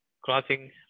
crossing